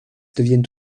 deviennent